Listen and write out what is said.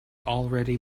already